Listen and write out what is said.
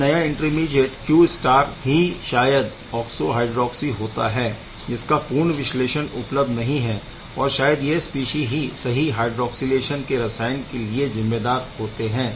यह नया intermediate Q ही शायद ऑक्सो हायड्रोक्सी होता है जिसका पूर्ण विश्लेषण उपलब्ध नहीं है और शायद यह स्पीशीज़ ही सही हायड्रॉक्सीलेशन के रसायन के लिए जिम्मेदार होते है